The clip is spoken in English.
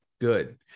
good